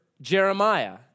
Jeremiah